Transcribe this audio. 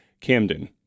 Camden